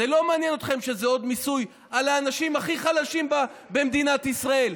זה לא מעניין אתכם שזה עוד מיסוי על אנשים הכי חלשים במדינת ישראל.